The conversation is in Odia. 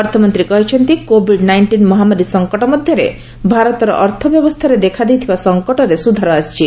ଅର୍ଥମନ୍ତ୍ରୀ କହିଛନ୍ତି କୋଭିଡ୍ ନାଇଣ୍ଟିନ୍ ମହାମାରୀ ସଂକଟ ମଧ୍ୟରେ ଭାରତର ଅର୍ଥ ବ୍ୟବସ୍ଥାରେ ଦେଖା ଦେଇଥିବା ସଂକଟରେ ସୁଧାର ଆସିଛି